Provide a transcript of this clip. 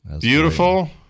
Beautiful